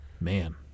Man